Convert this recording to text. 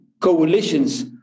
coalitions